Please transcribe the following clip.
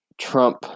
Trump